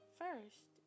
first